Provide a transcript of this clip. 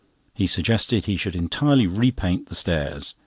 he suggested he should entirely repaint the stairs.